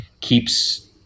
keeps